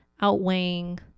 outweighing